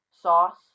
Sauce